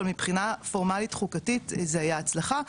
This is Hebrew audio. אבל מבחינה פורמלית חוקתית זה היה הצלחה.